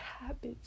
habits